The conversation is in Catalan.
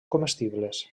comestibles